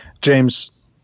james